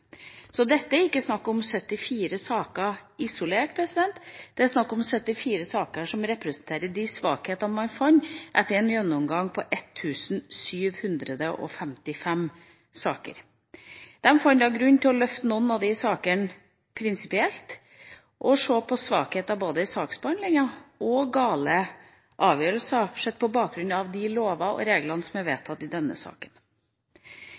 Dette er ikke snakk om 74 saker isolert, det er snakk om 74 saker som representerer de svakhetene man fant etter en gjennomgang av 1 755 saker. De fant da grunn til å løfte noen av de sakene prinsipielt og til både å se på svakheter i saksbehandlinga og på gale avgjørelser sett på bakgrunn av de lover og regler som er vedtatt i denne saken.